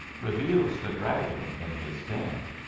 reveals the dragon in his den